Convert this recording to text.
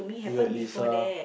you had Lisa